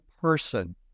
person